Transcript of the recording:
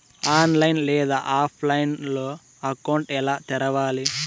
online లేదా ఆఫ్లైన్లో account ఎలా తెరవాలి